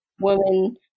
woman